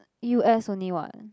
U_S only [what]